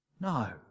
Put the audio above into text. No